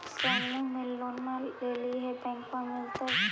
समुह मे लोनवा लेलिऐ है बैंकवा मिलतै?